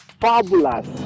fabulous